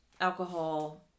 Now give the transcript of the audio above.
alcohol